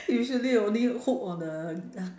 usually I only hook on the